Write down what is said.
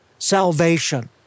salvation